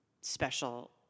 special